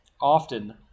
often